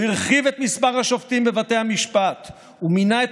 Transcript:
הא הרחיב את מספר השופטים בבתי המשפט ומינה את